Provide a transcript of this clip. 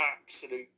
absolute